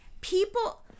people